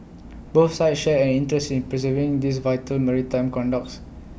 both sides share an interest preserving these vital maritime conduits